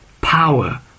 power